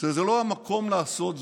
שזה לא המקום לעשות זאת.